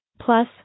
Plus